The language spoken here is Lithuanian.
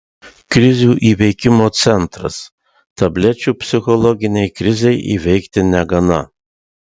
krizių įveikimo centras tablečių psichologinei krizei įveikti negana